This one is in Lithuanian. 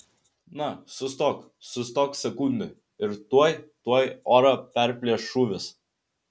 na sustok sustok sekundę ir tuoj tuoj orą perplėš šūvis